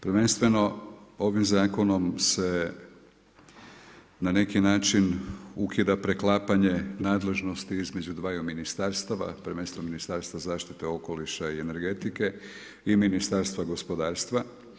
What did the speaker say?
Prvenstveno ovim Zakonom se na neki način ukida preklapanje nadležnosti između dvaju ministarstava, prvenstveno Ministarstva zaštite okoliša i energetike i Ministarstva gospodarstva.